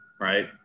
right